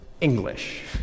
English